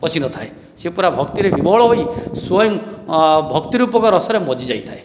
ପଶି ନଥାଏ ସେ ପୁରା ଭକ୍ତି ରେ ବିଭୋଳ ହୋଇ ସ୍ୱୟଂ ଭକ୍ତି ରୂପକ ରସରେ ମଜି ଯାଇଥାଏ